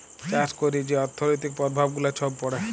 চাষ ক্যইরে যে অথ্থলৈতিক পরভাব গুলা ছব পড়ে